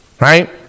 Right